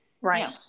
Right